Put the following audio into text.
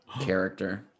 character